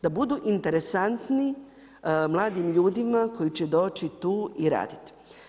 Da budu interesantni mladim ljudima koji će doći tu i raditi.